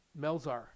Melzar